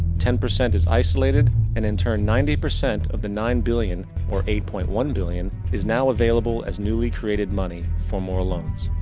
ten percent is isolated and in turn ninety percent of the nine billion, or eight point one billion is now availlable as newly created money for more loans.